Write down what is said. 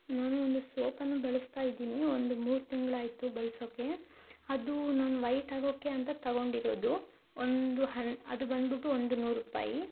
ನಾನು ಒಂದು ಸೋಪನ್ನು ಬಳಸ್ತಾ ಇದ್ದೀನಿ ಒಂದು ಮೂರು ತಿಂಗಳಾಯ್ತು ಬಳ್ಸೋಕ್ಕೆ ಅದು ನಾನು ವೈಟ್ ಆಗೋಕ್ಕೆ ಅಂತ ತಗೊಂಡಿರೋದು ಒಂದು ಹನ್ ಅದು ಬಂದ್ಬಿಟ್ಟು ಒಂದು ನೂರು ರೂಪಾಯಿ